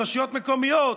מרשויות מקומיות,